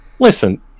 Listen